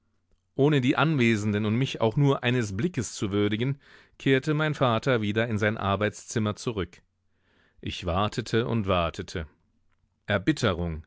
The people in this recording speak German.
ohne die anwesenden und mich auch nur eines blickes zu würdigen kehrte mein vater wieder in sein arbeitszimmer zurück ich wartete und wartete erbitterung